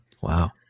wow